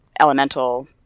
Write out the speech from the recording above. elemental